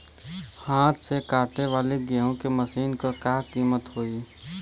हाथ से कांटेवाली गेहूँ के मशीन क का कीमत होई?